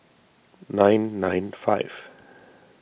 nine nine five